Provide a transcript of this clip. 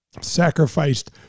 sacrificed